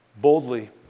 boldly